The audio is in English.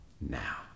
now